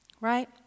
right